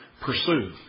Pursue